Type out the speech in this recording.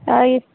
ಅಯ್ಯೋ